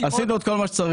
עשינו את כל מה שצריך.